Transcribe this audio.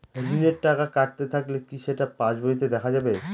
ঋণের টাকা কাটতে থাকলে কি সেটা পাসবইতে দেখা যাবে?